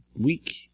week